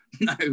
No